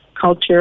culture